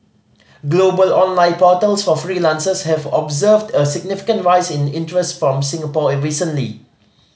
global online portals for freelancers have observed a significant rise in interest from Singapore recently